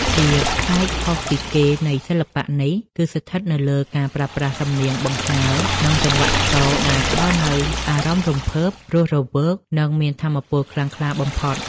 ភាពប្លែកខុសពីគេនៃសិល្បៈនេះ គឺស្ថិតនៅលើការប្រើប្រាស់សំនៀងបង្ហើរ និងចង្វាក់ស្គរដែលផ្តល់នូវអារម្មណ៍រំភើប រស់រវើក និងមានថាមពលខ្លាំងក្លាបំផុត។